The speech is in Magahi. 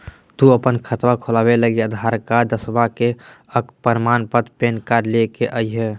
तू अपन खतवा खोलवे लागी आधार कार्ड, दसवां के अक प्रमाण पत्र, पैन कार्ड ले के अइह